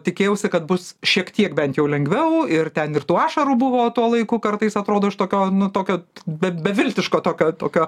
tikėjausi kad bus šiek tiek bent jau lengviau ir ten ir tų ašarų buvo tuo laiku kartais atrodo iš tokio nu tokio be beviltiško tokio tokio